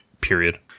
period